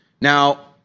Now